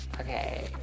Okay